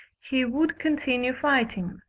he would continue fighting.